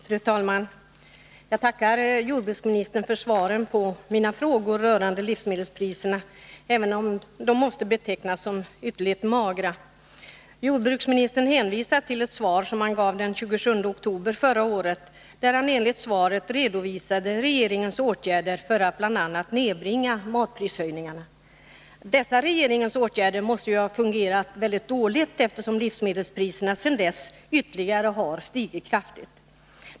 Fru talman! Jag tackar jordbruksministern för svaren på mina frågor rörande livsmedelspriserna, även om svaren måste betecknas som ytterligt magra. Jordbruksministern hänvisar till ett svar som han gav den 27 oktober förra året, där han — enligt dagens svar — redovisade regeringens åtgärder för att bl.a. nedbringa matprishöjningarna. Dessa regeringens åtgärder måste ha fungerat dåligt, eftersom livsmedelspriserna sedan dess ytterligare har stigit kraftigt.